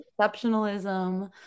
exceptionalism